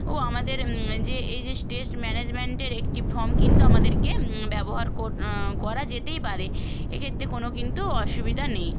ও আমাদের যে এই যে স্টেজ ম্যানেজমেন্টের একটি ফর্ম কিন্তু আমাদেরকে ব্যবহার করা যেতেই পারে এক্ষেত্রে কোনো কিন্তু অসুবিধা নেই